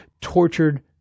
tortured